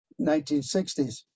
1960s